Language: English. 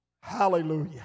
Hallelujah